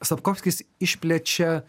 sapkovskis išplečia